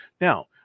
Now